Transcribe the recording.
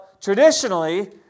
traditionally